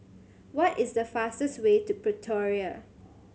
what is the fastest way to Pretoria